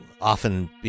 often